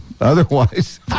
Otherwise